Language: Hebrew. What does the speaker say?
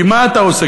כי מה אתה עושה?